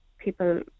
people